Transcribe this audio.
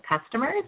customers